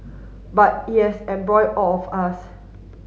but it has embroiled all of us